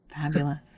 Fabulous